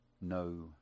no